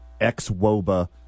ex-woba